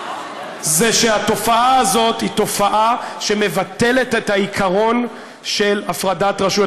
זה שהתופעה הזאת היא תופעה שמבטלת את העיקרון של הפרדת הרשויות.